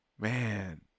man